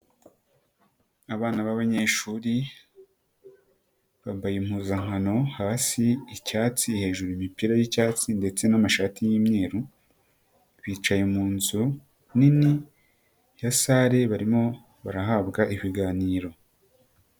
Abana b'abanyeshuri bambaye impuzankano, hasi icyatsi, hejuru imipira y'icyatsi ndetse n'amashati y'imyeru, bicaye mu nzu nini ya sale barimo barahabwa ibiganiro.